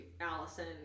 Allison